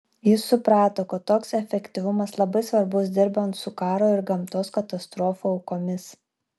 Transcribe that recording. jis suprato kad toks efektyvumas labai svarbus dirbant su karo ir gamtos katastrofų aukomis